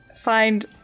find